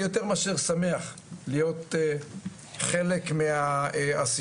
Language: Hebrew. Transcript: אני יותר מאשר שמח להיות חלק מהעשייה